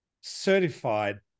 certified